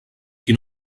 qui